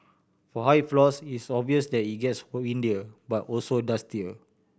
for high floors it's obvious that it gets windier but also dustier